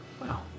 Wow